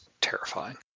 terrifying